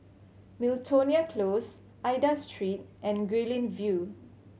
Miltonia Close Aida Street and Guilin View